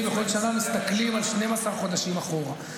בכל שנה מסתכלים על 12 חודשים אחורה.